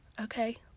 okay